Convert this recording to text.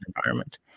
environment